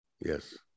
yes